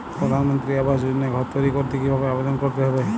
প্রধানমন্ত্রী আবাস যোজনায় ঘর তৈরি করতে কিভাবে আবেদন করতে হবে?